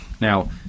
Now